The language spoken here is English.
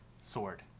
Sword